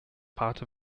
part